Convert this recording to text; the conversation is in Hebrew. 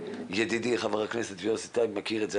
ידידי חבר הכנסת יוסי טייב מכיר את זה,